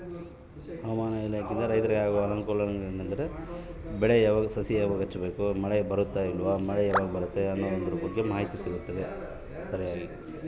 ಹವಾಮಾನ ಇಲಾಖೆಯಿಂದ ರೈತರಿಗೆ ಆಗುವಂತಹ ಅನುಕೂಲಗಳೇನು ಅನ್ನೋದನ್ನ ನಮಗೆ ಮತ್ತು?